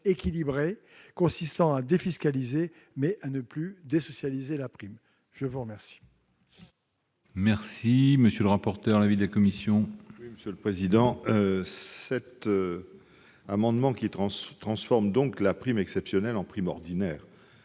consistant à défiscaliser mais à ne plus désocialiser la prime. Quel